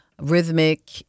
Rhythmic